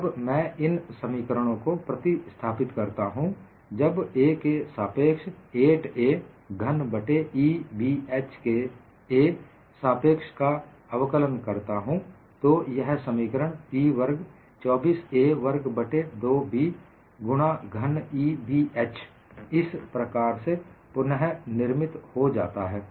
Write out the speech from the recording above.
जब मैं इन समीकरणों को प्रतिस्थापित करता हूं जब a के सापेक्ष 8a घन बट्टे EBh के a सापेक्ष का अवकलन करता हूं तो यह समीकरण P वर्ग 24 a वर्ग बट्टे 2B गुणा घन EB h इस प्रकार से पुनः निर्मित हो जाता है